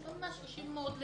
יש ממש רשימות.